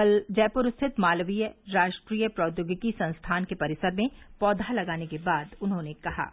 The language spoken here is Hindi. कल जयपुर स्थित मालवीय राष्ट्रीय प्रौद्योगिकी संस्थान के परिसर में पौधा लगाने के बाद उन्होंने कहा